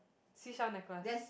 seashell necklace